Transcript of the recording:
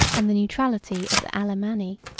and the neutrality of the alemanni,